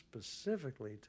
specifically